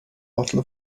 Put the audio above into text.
bottle